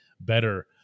Better